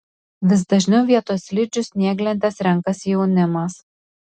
vis dažniau vietoj slidžių snieglentes renkasi jaunimas